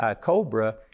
cobra